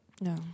No